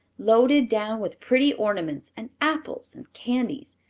loaded down with pretty ornaments and apples and candies,